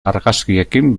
argazkiekin